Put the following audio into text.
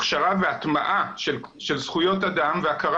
הכשרה והטמעה של זכויות אדם והכרה